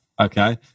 Okay